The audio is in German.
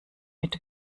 mit